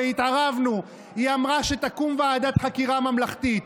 והתערבנו: היא אמרה שתקום ועדת חקירה ממלכתית.